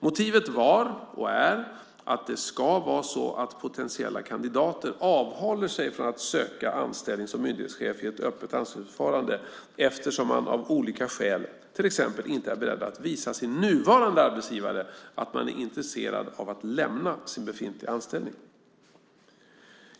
Motivet var och är att det kan vara så att potentiella kandidater avhåller sig från att söka anställning som myndighetschef i ett öppet ansökningsförfarande eftersom man av olika skäl till exempel inte är beredd att visa sin nuvarande arbetsgivare att man är intresserad av att lämna sin befintliga anställning.